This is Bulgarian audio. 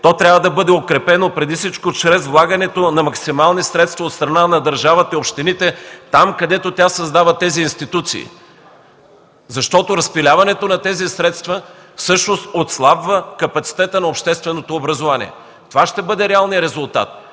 то трябва да бъде укрепено преди всичко чрез влагането на максимални средства от страна на държавата и от общините там, където тя създава тези институции. Защото разпиляването на тези средства всъщност отслабва капацитета на общественото образование. Това ще бъде реалният резултат.